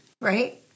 Right